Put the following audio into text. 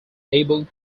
able